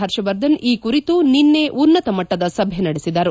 ಪರ್ಷವರ್ಧನ್ ಈ ಕುರಿತು ನಿಸ್ಥೆ ಉನ್ನತ ಮಟ್ಟದ ಸಭೆ ನಡೆಸಿದರು